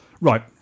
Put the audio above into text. Right